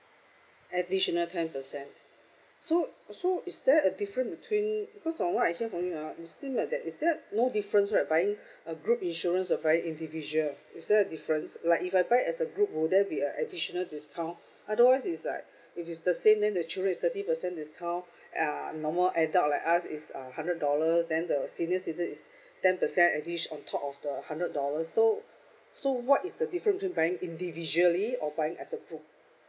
additional ten percent so so is there a different between because on what I hear from you ah it seems that that is there no difference right buying a group insurance or buying individual is there a difference like if I buy as a group will there be a additional discount otherwise is like if it's the same then the children is thirty percent discount uh normal adult like us is uh hundred dollars then the senior citizen is ten percent addit~ on top of the hundred dollars so so what is the different between buying individually or buying as a group